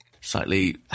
slightly